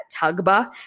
Tugba